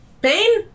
Pain